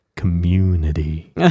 Community